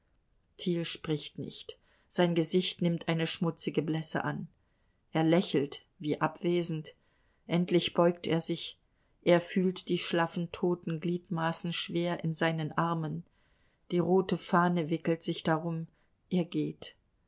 spricht nicht sein gesicht nimmt eine schmutzige blässe an er lächelt wie abwesend endlich beugt er sich er fühlt die schlaffen toten gliedmaßen schwer in seinen armen die rote fahne wickelt sich darum er geht